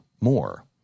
more